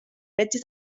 mezzi